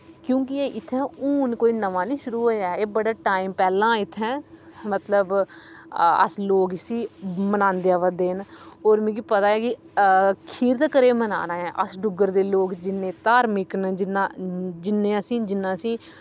क्योंकि एह् इत्थें हुन कोई नमां निं शुरु होऐ आ एह् बड़े टाईम पैह्लैं इत्थै मतलव अस लोक इस्सी मनांदे आवा दे न होर मिकी पता ऐ कि खीर तकर एह् मनाना ऐ डुग्गर दे लोक जिन्ने धार्मिक न जिन्ना जिन्ने जिन्ना असें